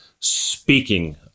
speaking